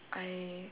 I